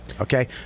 Okay